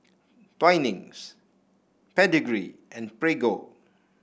Twinings Pedigree and Prego